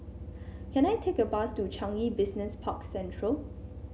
can I take a bus to Changi Business Park Central